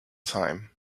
time